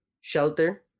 shelter